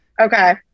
Okay